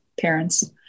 parents